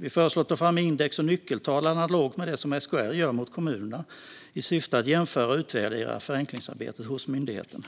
Vi föreslår att det tas fram index och nyckeltal analogt med det som SKR gör när det gäller kommunerna i syfte att jämföra och utvärdera förenklingsarbetet hos myndigheterna.